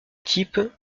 type